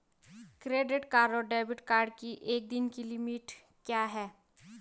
Credit card और debit card की एक दिन की लिमिट क्या है?